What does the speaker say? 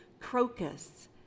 crocus